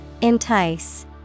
Entice